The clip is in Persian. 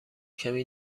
کمی